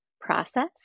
process